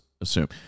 assume